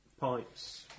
pipes